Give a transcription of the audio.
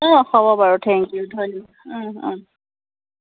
অঁ হ'ব বাৰু থেংক ইউ